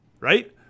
Right